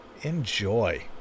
enjoy